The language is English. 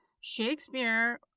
Shakespeare